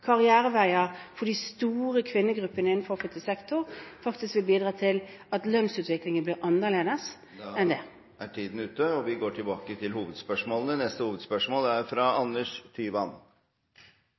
karriereveier for de store kvinnegruppene innenfor offentlig sektor – faktisk vil bidra til at lønnsutviklingen blir annerledes enn den er. Vi går til neste hovedspørsmål. Utdanningspolitisk talskvinne i Høyre, Kristin Vinje, har tatt til